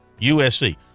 USC